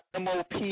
MOP